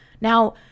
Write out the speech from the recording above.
Now